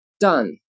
Done